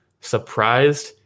surprised